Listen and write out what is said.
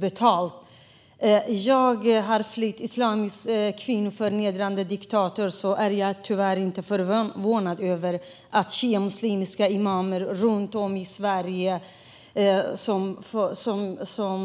Jag som har flytt islams kvinnoförnedrande diktator är tyvärr inte förvånad över att shiamuslimska imamer runt om i Sverige